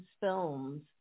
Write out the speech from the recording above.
films